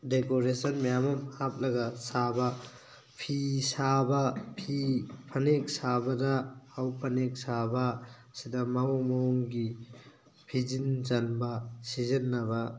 decoration ꯃꯌꯥꯝ ꯑꯃ ꯍꯥꯞꯂꯒ ꯁꯥꯕ ꯐꯤ ꯁꯥꯕ ꯐꯤ ꯐꯅꯦꯛ ꯁꯥꯕꯗ ꯍꯥꯎ ꯐꯅꯦꯛ ꯁꯥꯕ ꯁꯤꯗ ꯃꯑꯣꯡ ꯃꯑꯣꯡꯒꯤ ꯐꯤꯖꯤꯟ ꯆꯟꯕ ꯁꯤꯖꯟꯅꯕ